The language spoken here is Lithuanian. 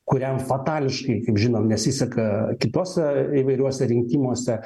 kuriam fatališkai kaip žinom nesiseka kituose įvairiuose rinkimuose